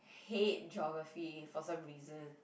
hate geography for some reason